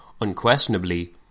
Unquestionably